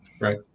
Right